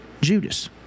Judas